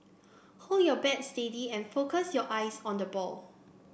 hold your bat steady and focus your eyes on the ball